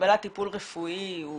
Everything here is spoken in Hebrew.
קבלת טיפול רפואי היא